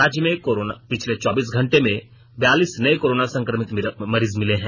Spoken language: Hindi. राज्य में पिछले चौबीस घंटे में बयालीस नये कोरोना संक्रमित मरीज मिले हैं